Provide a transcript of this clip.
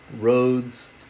roads